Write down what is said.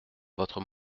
votre